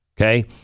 Okay